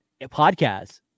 podcast